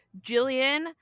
Jillian